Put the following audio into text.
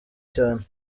cyane